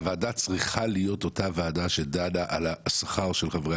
הוועדה צריכה להיות אותה ועדה שדנה על השכר של חברי